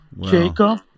Jacob